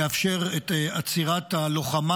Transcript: יאפשר את עצירת הלוחמה,